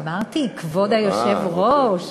אמרתי, כבוד היושב-ראש,